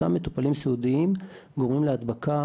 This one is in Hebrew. אותם מטופלים סיעודיים גורמים להדבקה,